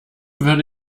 würde